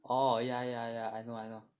orh ya ya ya I know I know